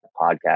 podcast